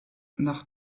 nach